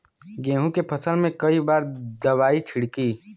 गेहूँ के फसल मे कई बार दवाई छिड़की?